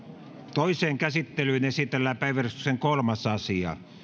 toiseen käsittelyyn esitellään päiväjärjestyksen kolmas asia